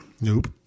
Nope